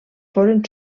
foren